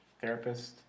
therapist